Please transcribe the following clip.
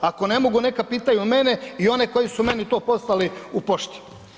Ako ne mogu, neka pitaju mene i one koji su meni to poslali u pošti.